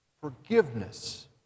forgiveness